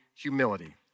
humility